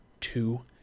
two